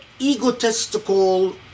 egotistical